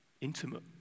intimate